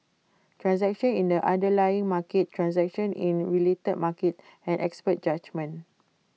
transactions in the underlying market transactions in related markets and expert judgement